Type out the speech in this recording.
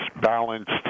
balanced